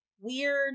weird